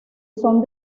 son